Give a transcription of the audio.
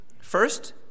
first